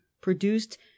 produced